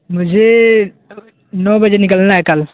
مجھے نو بجے نکلنا ہے کل